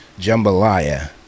jambalaya